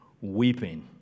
weeping